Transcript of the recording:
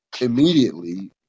immediately